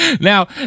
Now